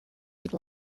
would